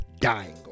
dying